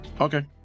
Okay